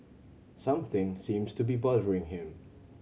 something seems to be bothering him